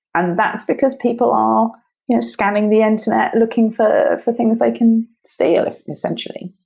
and that's because people are you know scamming the internet looking for for things they can steal essentially.